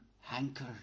hanker